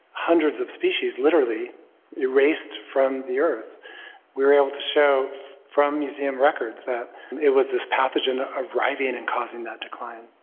hundreds of species literally erased from the earth, we were able to show from museum records that it was this pathogen arriving and causing that decline.